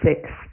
six